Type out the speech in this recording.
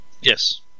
Yes